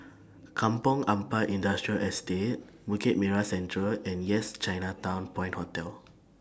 Kampong Ampat Industrial Estate Bukit Merah Central and Yes Chinatown Point Hotel